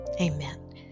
Amen